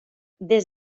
des